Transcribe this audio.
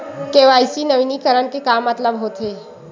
KYC नवीनीकरण के मतलब का होथे?